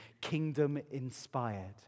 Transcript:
kingdom-inspired